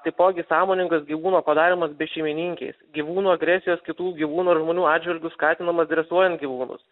taipogi sąmoningas gyvūno padarymas bešeimininkiais gyvūnų agresijos kitų gyvūnų ar žmonių atžvilgiu skatinimas dresuojant gyvūnus